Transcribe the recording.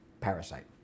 Parasite